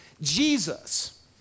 Jesus